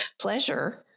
pleasure